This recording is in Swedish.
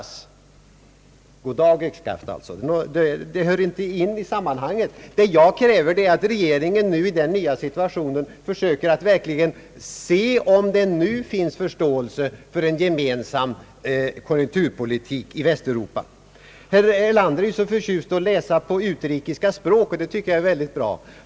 Alltså är svaret: goddag — yxskaft; det hör inte till sammanhanget. Vad jag kräver är att regeringen i den nya situationen försöker att verkligen se, om det nu finns förståelse för en gemensam konjunkturpolitik i Västeuropa. Herr Erlander är ju så förtjust i att läsa på utrikiska språk, och det tycker jag är mycket bra.